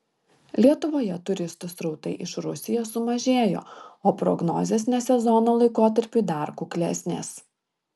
lietuvoje turistų srautai iš rusijos sumažėjo o prognozės ne sezono laikotarpiui dar kuklesnės